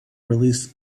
release